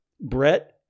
Brett